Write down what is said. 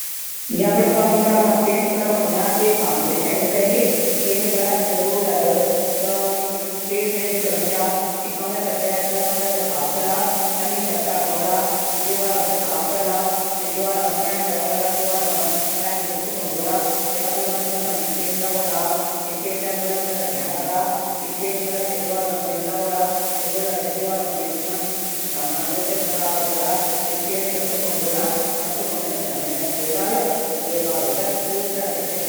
मि अपड कमरा मा सामग्री चैणी पैली। पेंट बरस रोलर कमरा खाली कैरी दिवालों थै साफ कला। दिवारों मा प्राइमर लगोल। मि हैरू रःग अपडू कमरा मा लगाण पंसद कलू।